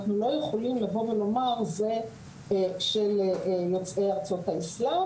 אנחנו לא יכולים לבוא ולומר זה של יוצאי ארצות האסלם,